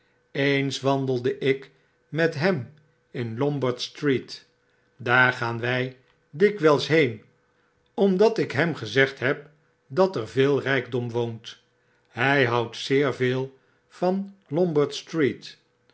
eens wandelde ik met hem in lombard street daar gaan wy dikwijls heen omdat ik hem gezegd heb dat er veel rykdom woont hy houdt zeer veel van